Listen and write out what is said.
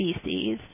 species